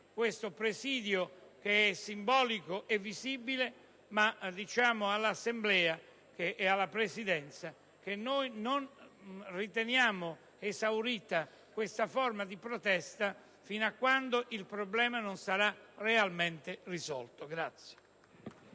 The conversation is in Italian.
questo presidio simbolico e visibile, ma diciamo all'Assemblea e alla Presidenza che non riteniamo esaurita questa forma di protesta fino a quando il problema non sarà realmente risolto.